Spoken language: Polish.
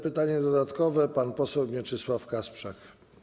Pytanie dodatkowe, pan poseł Mieczysław Kasprzak.